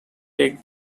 take